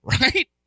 Right